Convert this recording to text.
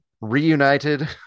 reunited